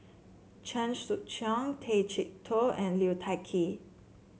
Chen Sucheng Tay Chee Toh and Liu Thai Ker